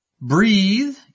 Breathe